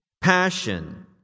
passion